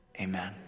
amen